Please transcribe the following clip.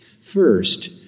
First